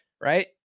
right